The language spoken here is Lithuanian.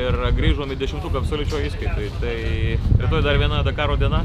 ir grįžom į dešimtuką absoliučioj įskaitoj tai dar viena dakaro diena